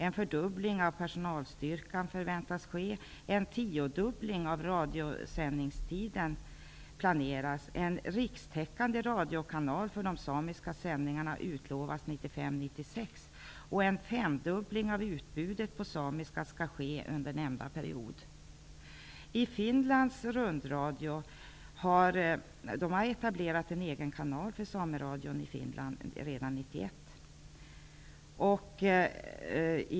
En fördubbling av personalstyrkan förväntas ske, en tiodubbling av radiosändningstiden planeras, en rikstäckande radiokanal för de samiska sändningarna utlovas 1995--1996 och en femdubbling av utbudet på samiska skall ske under nämnda period. Finlands rundradio etablerade en egen kanal för sameradio redan 1991.